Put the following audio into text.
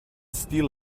steal